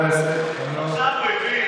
עכשיו הוא הבין.